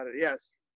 yes